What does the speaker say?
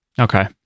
Okay